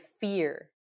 fear